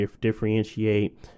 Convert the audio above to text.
differentiate